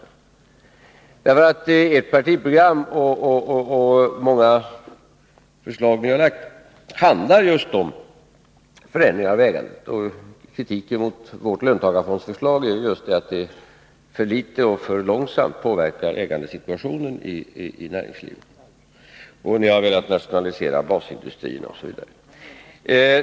Jo, därför att ert partiprogram och många förslag som ni lagt fram handlar just om förändringar av ägandet — kritiken ni riktar mot vårt löntagarfondssystem gäller att detta för litet och för långsamt påverkar ägandesituationen i näringslivet — och ni vill nationalisera basindustrierna osv.